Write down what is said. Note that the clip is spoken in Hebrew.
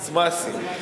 "סמסים".